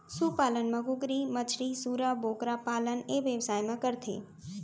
सु पालन म कुकरी, मछरी, सूरा, बोकरा पालन ए बेवसाय म करथे